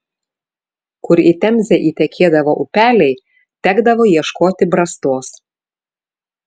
kur į temzę įtekėdavo upeliai tekdavo ieškoti brastos